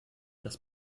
das